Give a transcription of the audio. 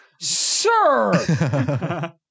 sir